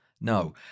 No